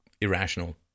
irrational